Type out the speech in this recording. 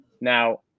Now